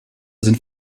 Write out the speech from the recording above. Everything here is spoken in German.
sind